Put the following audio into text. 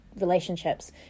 relationships